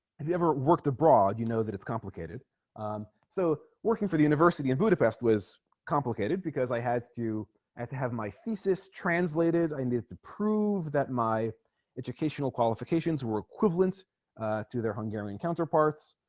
whoever worked abroad you know that it's complicated so working for the university in budapest was complicated because i had to have to have my thesis translated i need to prove that my educational qualifications were equivalent to their hungarian counterparts